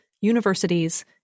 universities